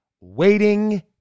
Waiting